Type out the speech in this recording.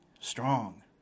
Strong